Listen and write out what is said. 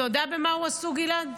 אתה יודע במה הוא עסוק, גלעד?